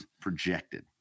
Projected